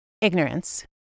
ignorance